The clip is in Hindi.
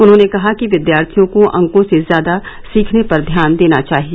उन्होंने कहा कि विद्यार्थियों को अंकों से ज्यादा सीखने पर ध्यान देना चाहिए